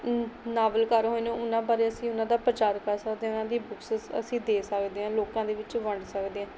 ਨਾਵਲਕਾਰ ਹੋਏ ਨੇ ਉਹਨਾਂ ਬਾਰੇ ਅਸੀਂ ਉਹਨਾਂ ਦਾ ਪ੍ਰਚਾਰ ਕਰ ਸਕਦੇ ਉਹਨਾਂ ਦੀ ਬੁੱਕਸ ਅਸੀਂ ਦੇ ਸਕਦੇ ਹਾਂ ਲੋਕਾਂ ਦੇ ਵਿੱਚ ਵੰਡ ਸਕਦੇ ਹਾਂ